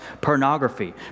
pornography